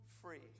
free